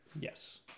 Yes